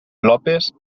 lópez